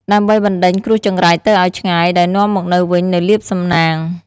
ដើម្បីបណ្ដេញគ្រោះចង្រៃទៅឲ្យឆ្ងាយ ដោយនាំមកវិញនូវលាភសំណាង។